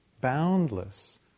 boundless